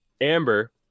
Amber